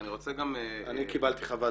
ואני רוצה גם -- אני קיבלתי חוות